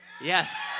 Yes